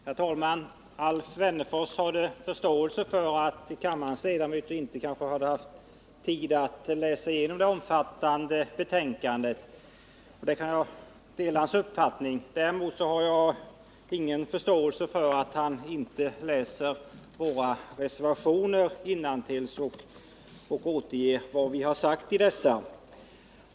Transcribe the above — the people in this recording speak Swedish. Herr talman! Alf Wennerfors hade förståelse för att kammarens ledamöter inte hade haft tid att läsa igenom det omfattande betänkandet. Det har jag också. Däremot har jag ingen förståelse för att Alf Wennerfors inte kan läsa innantill i våra reservationer så att han riktigt kan återge vad vi har sagt i dem.